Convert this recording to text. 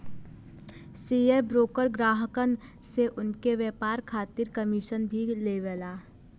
share broker ग्राहकन से उनके व्यापार खातिर कमीशन भी लेवला